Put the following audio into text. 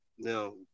Now